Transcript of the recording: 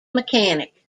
mechanic